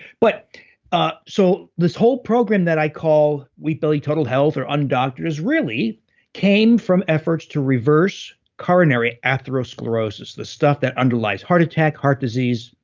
but ah so this whole program that i call wheat belly total health or undoctors really came from efforts to reverse coronary atherosclerosis, the stuff that underlies heart attack, heart disease,